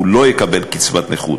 הוא לא יקבל קצבת נכות,